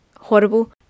horrible